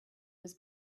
was